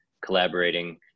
collaborating